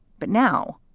but now,